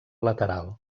lateral